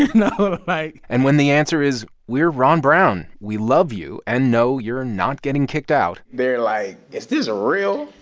know, but like. and when the answer is we're ron brown. we love you. and no, you're not getting kicked out they're like, is this real?